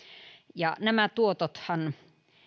ja nämä tuotothan